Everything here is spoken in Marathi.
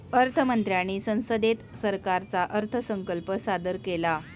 अर्थ मंत्र्यांनी संसदेत सरकारचा अर्थसंकल्प सादर केला